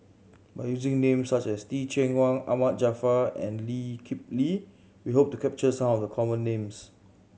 by using names such as Teh Cheang Wan Ahmad Jaafar and Lee Kip Lee we hope to capture some of the common names